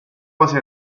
quasi